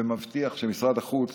ומבטיח שמשרד החוץ